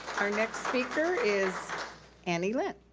our next speaker is annie lynn.